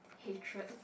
hatred